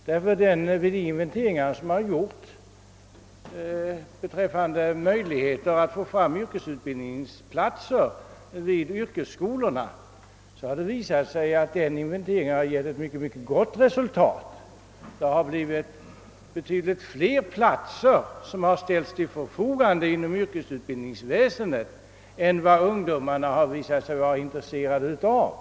Det har nämligen gjorts en inventering av möjligheterna att få fram vyrkesutbildningsplatser. Den inventeringen har beträffande yrkesskolorna givit mycket gott resultat. Det har stått fler platser till förfogande inom yrkesutbildningsväsendet än vad ungdomarna har varit intresserade av.